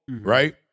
right